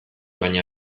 baina